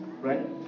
right